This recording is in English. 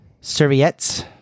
Serviettes